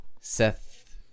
Seth